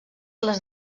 les